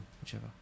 whichever